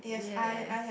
yes